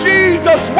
Jesus